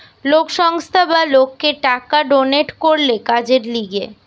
কোন সংস্থা বা লোককে টাকা ডোনেট করলে কাজের লিগে